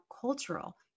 cultural